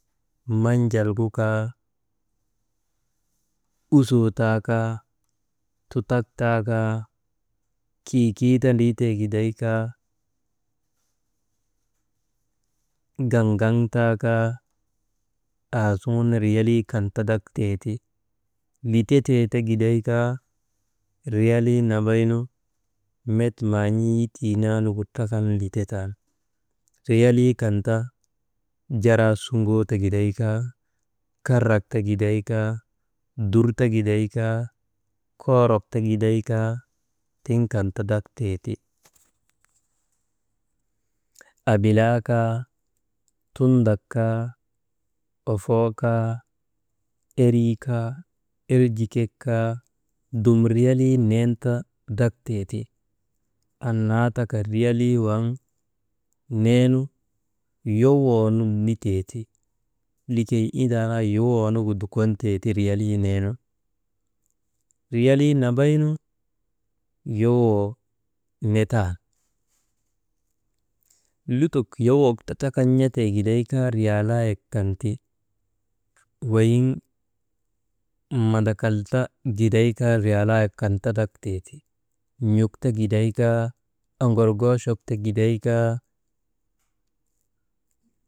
Manjal gu kaa, usoo taa kaa, chitak taakaa, kikii ta driitee giday kaa gaŋgaŋ taa kaa aasuŋun riyalii kan ta draktee ti. Litetee ti giday kaa riyalii nambaynu met maan̰ii yitii naanugu trakan yitetan, riyalii kan ta jaraa sugoo ta giday kaa, karak ta giday kaa, dur ta giday kaa, koorok ta giday kaa, tiŋ kan ti drak tee ti. Abilaa kaa, tundak kaa, ofoo kaa, erii kaa, erjikek kaa, dum riyalii nen ta drak tee ti. Annaa taka riyalii waŋ neenu yowoo nun liteteeti. Likey indaanaa yowoo nugu dukon tee ti riyalii nee nu. Riyalii nambaynu yowoo netan lutok yowok ta trakan n̰atee giday kaa riyaleyek kan ti, weyiŋ mandakal ta giday kaa riyalayek kan ta drak tee ti, n̰uk ta giday kaa, oŋorŋoochok ta giday kaa.